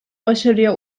başarıya